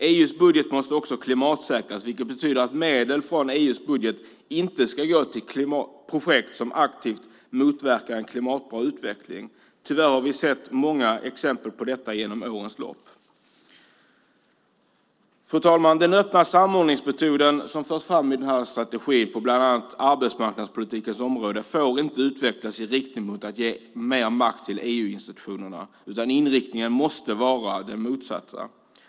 EU:s budget måste också klimatsäkras, vilket betyder att medel från EU:s budget inte ska gå till projekt som aktivt motverkar en klimatbra utveckling. Tyvärr har vi sett många exempel på detta under årens lopp. Fru talman! Den öppna samordningsmetod som förs fram i den här strategin på bland annat arbetsmarknadspolitikens område får inte utvecklas i riktning mot att ge mer makt till EU-institutionerna. Inriktningen måste vara den motsatta.